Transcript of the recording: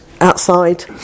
outside